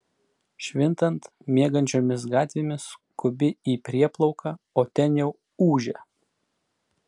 švintant miegančiomis gatvėmis skubi į prieplauką o ten jau ūžia